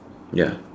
ya